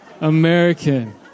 American